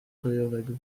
kolejowego